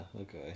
okay